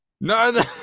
No